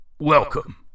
Welcome